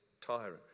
tyrant